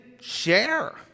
share